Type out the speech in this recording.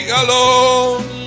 alone